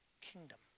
kingdom